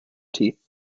teeth